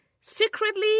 secretly